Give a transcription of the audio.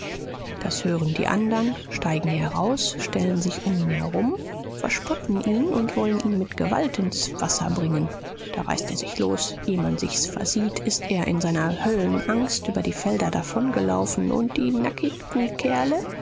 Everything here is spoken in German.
das hören die andern steigen heraus stellen sich um ihn herum verspotten ihn und wollen ihn mit gewalt ins wasser bringen da reißt er sich los eh man sich's versieht ist er in seiner höllenangst über die felder davongelaufen und die nackigten kerle